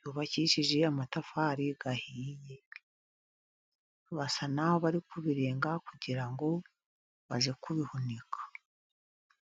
yubakishije amatafari ahiye, basa naho bari kubirenga kugira ngo baze kubihunika.